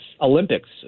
Olympics